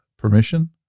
permission